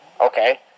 Okay